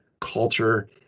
culture